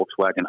Volkswagen